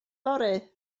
fory